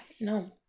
no